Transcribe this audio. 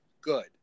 good